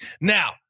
Now